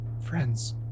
Friends